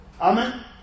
Amen